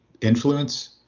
Influence